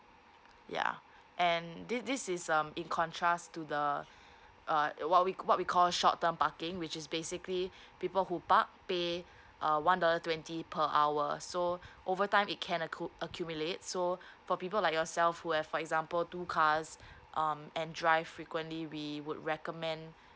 yeah and this this is um in contrast to the uh what we what we call short term parking which is basically people who park pay uh one dollar twenty per hour so overtime it can accu~ accumulate so for people like yourself who have for example two cars um and drive frequently we would recommend